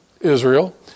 Israel